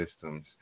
systems